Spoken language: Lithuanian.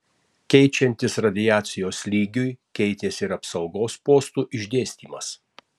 keičiantis radiacijos lygiui keitėsi ir apsaugos postų išdėstymas